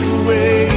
away